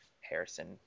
Harrison